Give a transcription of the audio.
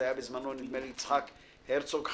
בזמנו זה היה יצחק הרצוג חברי,